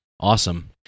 Awesome